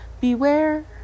beware